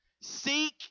seek